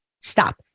Stop